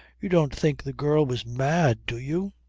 you don't think the girl was mad do you?